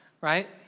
right